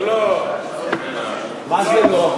זה לא, מה "זה לא"?